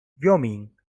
wyoming